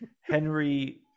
Henry